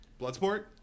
Bloodsport